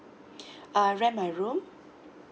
uh rent my room